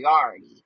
priority